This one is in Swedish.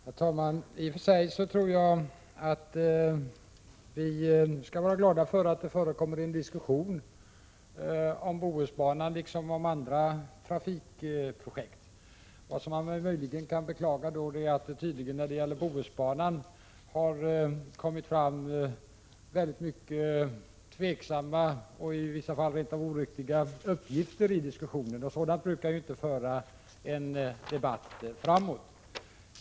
Herr talman! Jag tror i och för sig att vi skall vara glada över att det förekommer en diskussion om Bohusbanan, liksom om andra trafikprojekt. Däremot kan man möjligen beklaga att det när det gäller Bohusbanan har kommit fram mycket tvivelaktiga och i vissa fall rent av oriktiga uppgifter i diskussionen. Sådant brukar inte föra en debatt framåt.